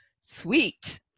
sweet